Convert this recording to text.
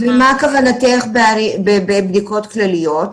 ומה כוונתך בבדיקות כלליות?